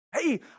Hey